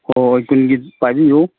ꯍꯣꯏ ꯍꯣꯏ ꯍꯣꯏ ꯀꯨꯟꯒꯤ ꯄꯥꯏꯕꯤꯌꯨ